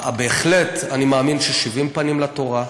בהחלט אני מאמין ששבעים פנים לתורה.